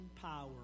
power